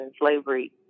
slavery